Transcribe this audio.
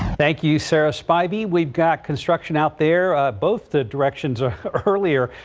thank you sarah spidey we've got construction out there both the directions or earlier.